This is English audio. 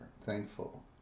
thankful